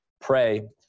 pray